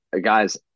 guys